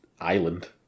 island